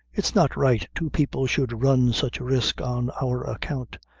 it's not right two people should run sich risk on our account,